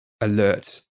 alert